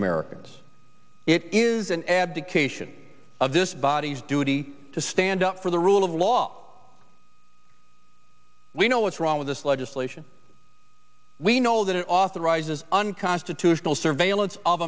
americans it is an abdication of this body's duty to stand up for the rule of law we know what's wrong with this legislation we know that it authorizes unconstitutional surveillance of